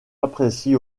apprécie